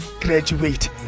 graduate